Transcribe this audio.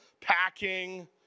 packing